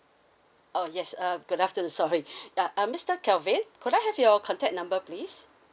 oh yes uh good afternoon sorry uh uh mister calvin could I have your contact number please